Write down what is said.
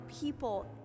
people